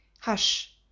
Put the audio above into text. Hush